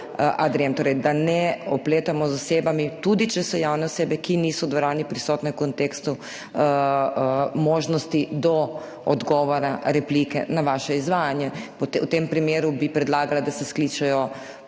ad rem, torej da ne opletamo z osebami, tudi če so javne osebe, ki niso prisotne v dvorani, v kontekstu možnosti do odgovora, replike na vaše izvajanje. V tem primeru bi predlagala, da se skličejo